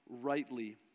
rightly